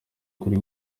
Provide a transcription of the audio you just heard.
kuri